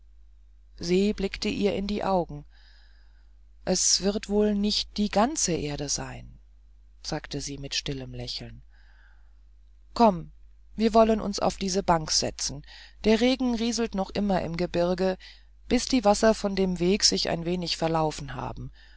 se blickte ihr in die augen es wird wohl nicht die ganze erde sein sagte sie mit stillem lächeln komm wir wollen uns auf diese bank setzen der regen rieselt noch immer im gebirge bis die wasser von dem weg sich ein wenig verlaufen haben